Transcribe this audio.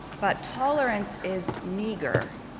but tolerance is meager.